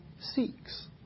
seeks